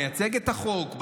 מייצג את החוק,